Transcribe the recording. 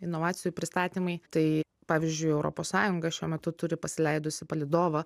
inovacijų pristatymai tai pavyzdžiui europos sąjunga šiuo metu turi pasileidusi palydovą